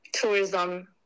tourism